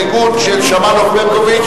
התקשורת (משרד התקשורת, פיקוח על בנק הדואר),